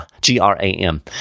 G-R-A-M